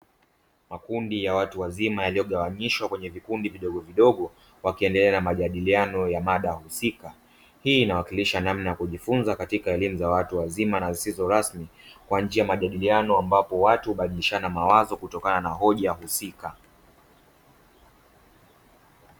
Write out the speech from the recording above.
Makundi ya watu wazima yaliyogawanyishwa kwenye vikundi vidogo vidogo wakiendelea na majadiliano ya mada husika, hii inawakilisha namna ya kujifunza katika elimu za watu wazima na zisizo rasmi kwa njia ya majadiliano ambapo watu hubadilishana mawazo kutokana na hoja husika.